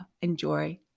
enjoy